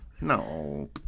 No